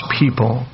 people